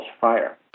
fire